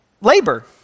labor